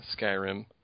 Skyrim